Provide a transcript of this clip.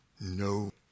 no